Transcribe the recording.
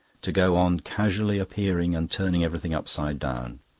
to go on casually appearing and turning everything upside down.